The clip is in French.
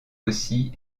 aussi